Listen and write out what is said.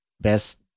best